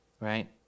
right